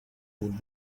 could